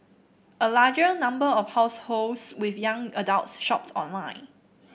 a larger number of households with young adults shopped online